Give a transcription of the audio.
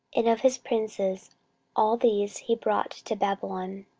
and of his princes all these he brought to babylon.